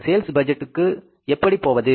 எனவே சேல்ஸ் பட்ஜெட்கு எப்படி போவது